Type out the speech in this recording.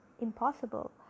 impossible